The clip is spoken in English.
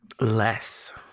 Less